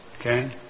Okay